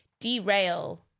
derail